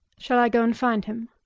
shall i go and find him?